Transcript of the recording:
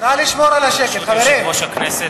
ברשות יושב-ראש הישיבה,